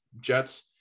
Jets